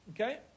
Okay